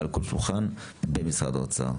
מעל כל שולחן במשרד האוצר,